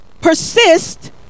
persist